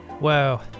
Wow